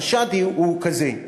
החשד הוא כזה,